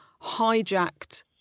hijacked